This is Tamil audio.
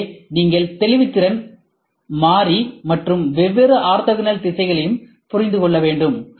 எனவே நீங்கள் தெளிவுத்திறன் மாறி மற்றும் வெவ்வேறு ஆர்த்தோகனல் திசைகளையும் புரிந்து கொள்ள வேண்டும்